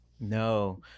No